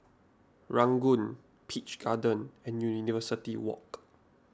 Ranggung Peach Garden and University Walk